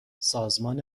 سازمان